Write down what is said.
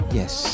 yes